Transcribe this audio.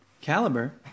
caliber